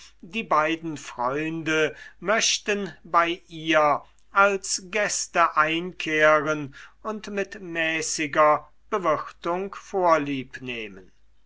die beiden freunde möchten bei ihr als gäste einkehren und mit mäßiger bewirtung vorliebnehmen